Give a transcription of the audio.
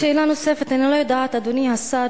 שאלה נוספת: אדוני השר,